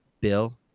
Bill